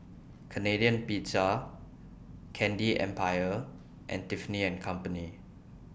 Canadian Pizza Candy Empire and Tiffany and Company